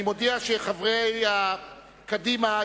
אני מודיע שחברי קדימה,